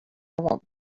won’t